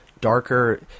darker